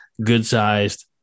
good-sized